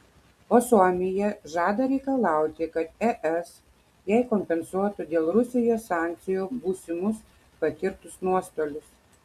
o suomija žada reikalauti kad es jai kompensuotų dėl rusijos sankcijų būsimus patirtus nuostolius